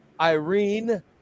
Irene